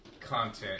content